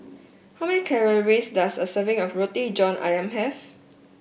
how many calories does a serving of Roti John ayam have